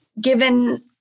given